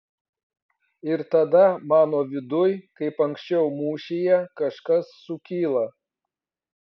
ir tada mano viduj kaip anksčiau mūšyje kažkas sukyla